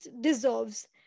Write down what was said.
deserves